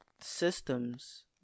systems